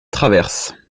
traverse